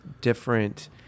different